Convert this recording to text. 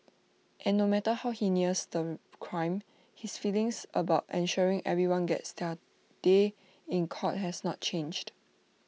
and no matter how heinous the crime his feelings about ensuring everyone gets their day in court has not changed